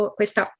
questa